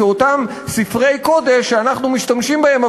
כאותם ספרי קודש שאנחנו משתמשים בהם,